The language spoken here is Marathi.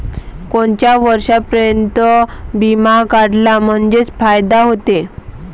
कोनच्या वर्षापर्यंत बिमा काढला म्हंजे फायदा व्हते?